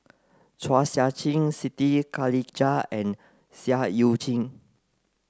Chua Sian Chin Siti Khalijah and Seah Eu Chin